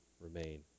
remain